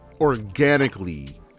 organically